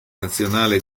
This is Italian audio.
nazionale